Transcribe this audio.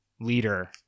leader